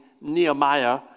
Nehemiah